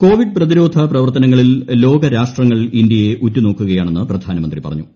Covid പ്രതിരോധ പ്രവർത്തനങ്ങളിൽ ലോക രാഷ്ട്രങ്ങൾ ഇന്ത്യയെ ഉറ്റുനോക്കുകയാണെന്ന് പ്രധാനമന്ത്രി പറഞ്ഞു